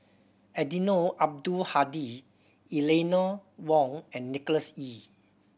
Eddino Abdul Hadi Eleanor Wong and Nicholas Ee